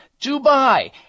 Dubai